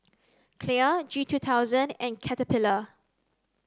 Clear G two thousand and Caterpillar